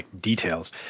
details